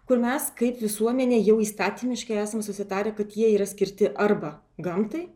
kur mes kaip visuomenė jau įstatymiškai esam susitarę kad jie yra skirti arba gamtai